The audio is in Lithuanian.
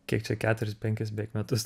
kiek čia keturis penkis beveik metus